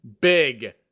big